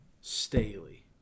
Staley